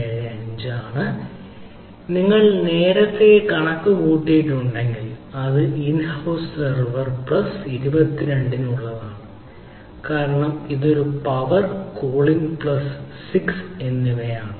075 നിങ്ങൾ നേരത്തെ കണക്കുകൂട്ടിയിട്ടുണ്ടെങ്കിൽ അത് ഇൻ ഹൌസ് സെവർ പ്ലസ് 22 നുള്ളതാണ് കാരണം ഇത് ഒരു പവർ കൂളിംഗ് പ്ലസ് 6 എന്നിവയാണ്